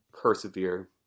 persevere